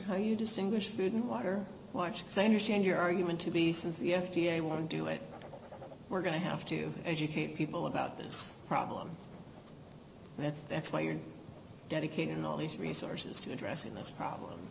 how you distinguish food and water watch say understand your argument to be since the f d a want to do it we're going to have to educate people about this problem that's that's why you're dedicating all these resources to addressing this problem